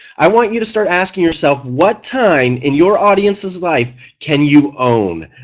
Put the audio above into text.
i want you to start asking yourself what time in your audience's life can you own.